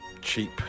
cheap